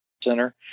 Center